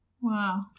Wow